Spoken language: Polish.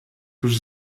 tuż